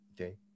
okay